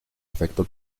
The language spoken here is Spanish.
efecto